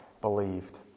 believed